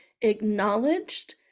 acknowledged